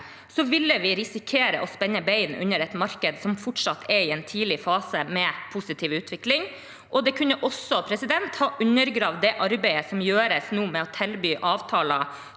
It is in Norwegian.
ville vi risikere å spenne bein under et marked som fortsatt er i en tidlig fase med positiv utvikling. Det kunne også ha undergravd det arbeidet som nå gjøres med å tilby avtaler